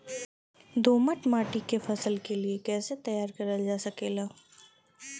दोमट माटी के फसल के लिए कैसे तैयार करल जा सकेला?